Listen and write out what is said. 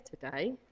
today